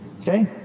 Okay